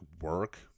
work